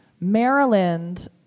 Maryland